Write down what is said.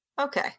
Okay